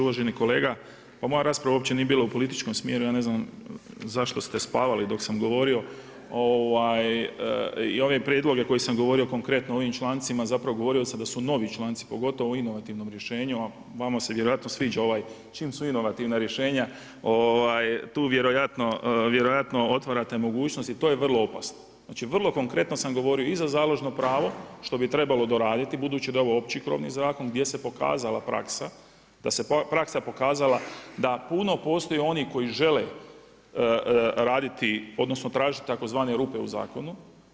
Uvaženi kolega, pa moja rasprava uopće nije bila u političkom smjeru, ja ne znam zašto ste spavali dok sam govorio i ove prijedloge koje sam govorio konkretno o ovim člancima, zapravo govorio sam da su novi članci, pogotovo u inovativnom rješenju, a vama se vjerojatno sviđa čim su inovativna rješenja, tu vjerojatno otvarate mogućnost i to je vrlo opasno, znači vrlo konkretno sam govorio i za založno pravo, što bi trebalo doraditi, budući da je ovo opći krovni zakon gdje se pokazala praksa, da se praksa pokazala da puno postoje oni koji žele raditi, tražiti tzv. rupe u zakonu.